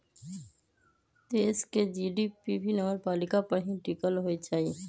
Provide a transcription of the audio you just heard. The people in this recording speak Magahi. देश के जी.डी.पी भी नगरपालिका पर ही टिकल होई छई